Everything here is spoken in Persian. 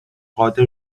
قادر